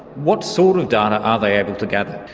what sort of data are they able to gather?